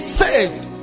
saved